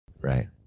Right